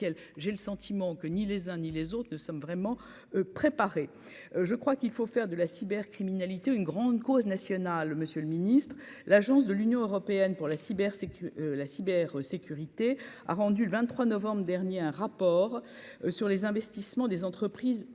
j'ai le sentiment que ni les. Ni les autres ne sommes vraiment préparé, je crois qu'il faut faire de la cybercriminalité, une grande cause nationale Monsieur le Ministre, l'agence de l'Union européenne pour la cyber, c'est que la cyber sécurité a rendu le 23 novembre dernier un rapport sur les investissements des entreprises essentiel,